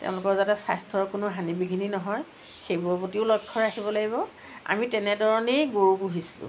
তেওঁলোকৰ যাতে স্বাস্থ্য়ৰ কোনো হানি বিঘিনি নহয় সেইবোৰৰ প্ৰতিও লক্ষ্য় ৰাখিব লাগিব আমি তেনে ধৰণেই গৰু পুহিছোঁ